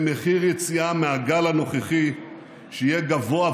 במחיר יציאה מהגל הנוכחי שיהיה גבוה,